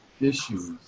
issues